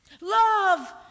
Love